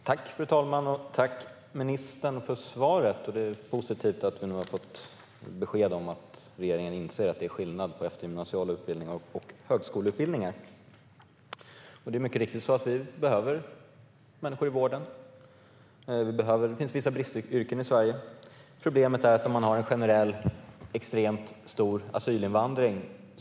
Fru talman! Jag tackar ministern för svaret. Det är positivt att vi nu har fått besked om att regeringen inser att det är skillnad på eftergymnasial utbildning och högskoleutbildningar. Det är mycket riktigt så att vi behöver människor i vården. Det finns vissa bristyrken i Sverige. Problemet är att man inte tillgodoser dessa behov om man har en generell och extremt stor asylinvandring.